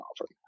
offer